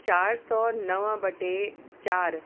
चारि सौ नव बटे चारि